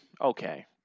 Okay